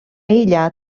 illa